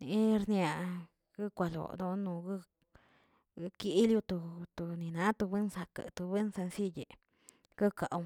nerniaꞌ guekwalodon nog kilio to- tonina to buenzak to buen sensiyə guekaꞌw.